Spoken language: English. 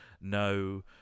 no